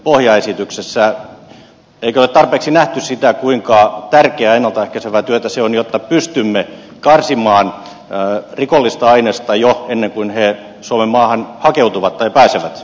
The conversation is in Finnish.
eikö ole tarpeeksi nähty sitä kuinka tärkeää ennalta ehkäisevää työtä se on jotta pystymme karsimaan rikollista ainesta jo ennen kuin se suomenmaahan hakeutuu tai pääsee